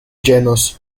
genus